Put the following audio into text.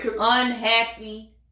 unhappy